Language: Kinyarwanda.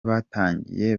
batangiye